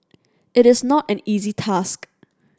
it is not an easy task